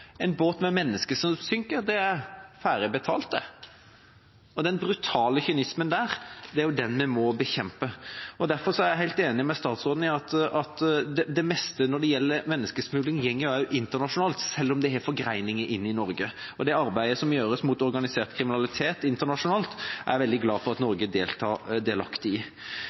Den brutale kynismen er den vi må bekjempe. Derfor er jeg helt enig med statsråden i at det meste når det gjelder menneskesmugling, gjelder internasjonalt selv om det har forgreininger inn i Norge. Det arbeidet som gjøres mot organisert kriminalitet internasjonalt, er jeg veldig glad for at Norge er delaktig i.